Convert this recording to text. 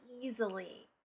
easily